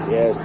Yes